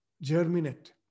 germinate